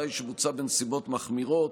אזי בוצעה בנסיבות מחמירות.